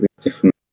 different